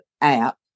app